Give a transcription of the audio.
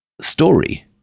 story